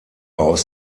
aus